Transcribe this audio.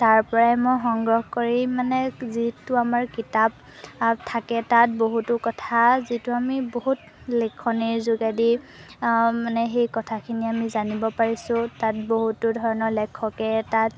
তাৰপৰাই মই সংগ্ৰহ কৰি মানে যিটো আমাৰ কিতাপ থাকে তাত বহুতো কথা যিটো আমি বহুত লেখনিৰ যোগেদি মানে সেই কথাখিনি আমি জানিব পাৰিছোঁ তাত বহুতো ধৰণৰ লেখকে তাত